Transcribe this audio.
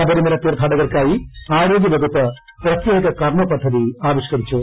ശബരിമല തീർത്ഥാടകർക്കായി ആരോഗ്യ വകുപ്പ് പ്രത്യേക കർമ്മ പദ്ധതി ആവിഷ്കരിച്ചു